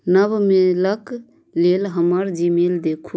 नव मेलक लेल हमर जी मेल देखू